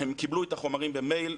הן קיבלו את החומרים במייל,